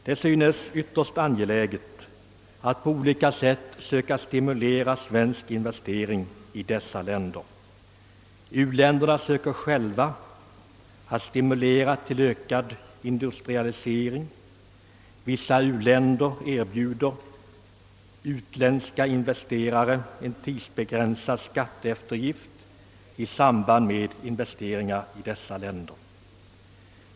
Det synes ytterst angeläget att på olika sätt försöka främja svenska investeringar i dessa länder. U-länderna själva söker stimulera till ökad industrialisering. Vissa u-länder erbjuder utländska investerare en tidsbegränsad skatteef tergift i samband med investeringar i respektive länder.